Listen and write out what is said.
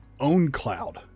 OwnCloud